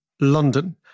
London